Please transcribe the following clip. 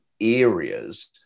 areas